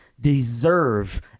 deserve